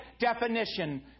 definition